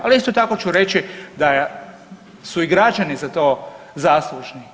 Ali, isto tako ću reći da je su i građani za to zaslužni.